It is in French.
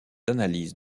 analyses